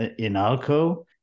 INALCO